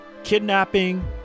kidnapping